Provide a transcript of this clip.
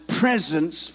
presence